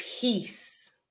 peace